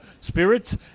spirits